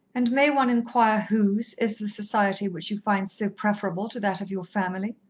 and may one inquire whose is the society which you find so preferable to that of your family?